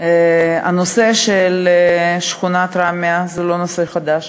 הנושא של שכונת ראמיה הוא לא נושא חדש.